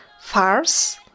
farce